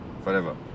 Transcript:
forever